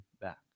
back